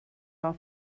are